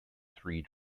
three